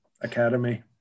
Academy